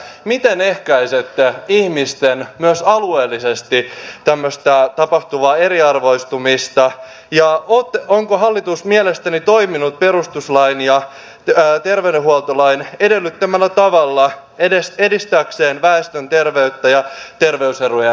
miten ehkäisette ihmisten myös alueellisesti tapahtuvaa tämmöistä eriarvoistumista ja onko hallitus mielestänne toiminut perustuslain ja terveydenhuoltolain edellyttämällä tavalla edistääkseen väestön terveyttä ja terveyserojen kaventamista